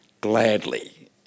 gladly